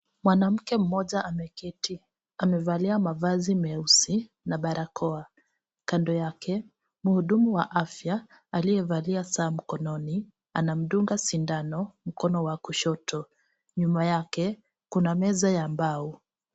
Mwanamke mmoja ameketi, amevalia mavazi meusi na barakoa. Kando yake, muhudumu wa afya aliyevalia saa mkononi, anamdunga sindano mkono wa kushoto. Nyuma yake kuna meza ya mbao.